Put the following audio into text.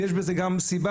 ויש בזה גם סיבה,